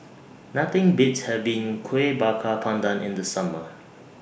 Nothing Beats having Kuih Bakar Pandan in The Summer